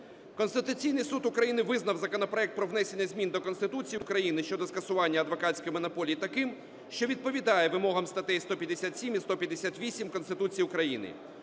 Конституційний Суд України визнав законопроект про внесення змін до Конституції України щодо скасування адвокатської монополії таким, що відповідає вимогам статей 157 і 158 Конституції України.